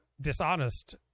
dishonest